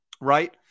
Right